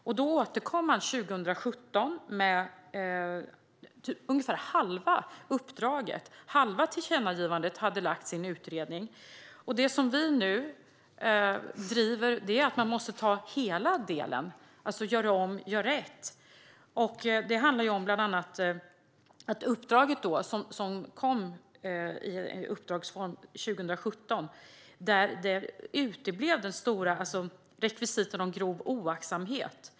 Man återkom 2017 med ungefär halva uppdraget. Halva tillkännagivandet hade lagts i en utredning. Det som vi nu driver är att man måste ta hela delen. Vi säger alltså: Gör om, gör rätt! I det som kom i uppdragsform 2017 uteblev rekvisit om grov oaktsamhet.